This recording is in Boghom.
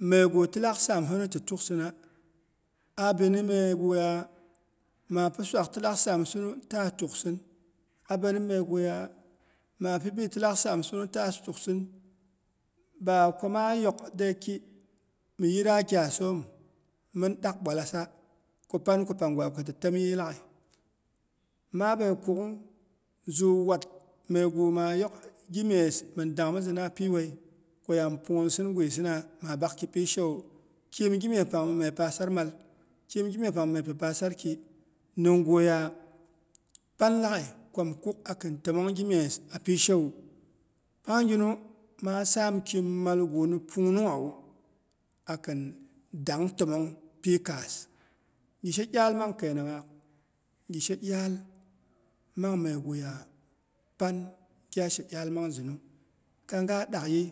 Megu tilak saam hinu ti tukhina abini meguya maapi swag tilak saam hinu taa tuksin abini meguya maapi bi tilak saam hinu taa tuksin ba ko maa yok de ki mi yina gyasom min dak bwalasa ko panko pangwa ko ti temyi laghai. Maabe kuk'gh zuuwat megu maa yok gimyes min danmɨzɨna piwuci ko ya mi punghulsin gwisina maa bak ki pishewu kiim gimye pang min mye pasar mal. Kim gimyespang nimyepi pasarki ninga ya panlaghai ko mi kuk akin təmong gimyes apishe wu, pangnyinu maa saam kim malgu ni pungnunghawu, a kin dang təmong pi kaas. Gi she iyal mang keinangnhaak gi she iyal mang meguya pan gya she iyal manzinu kang ga dak yɨi,